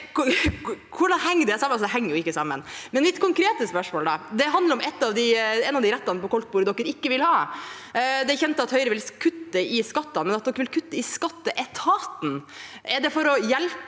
Hvordan henger det sammen? Det henger ikke sammen. Mitt konkrete spørsmål handler om en av de rettene på koldtbordet Høyre ikke vil ha. Det er kjent at Høyre vil kutte i skattene, men de vil også kutte i skatteetaten. Er det for å hjelpe